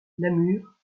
namur